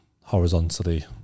horizontally